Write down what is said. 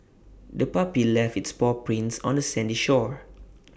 the puppy left its paw prints on the sandy shore